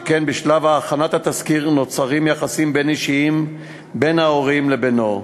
שכן בשלב הכנת התסקיר נוצרים יחסים בין-אישיים בין ההורים לבינו.